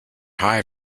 high